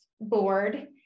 Board